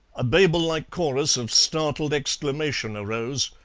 a babel-like chorus of startled exclamation arose,